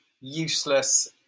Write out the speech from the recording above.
useless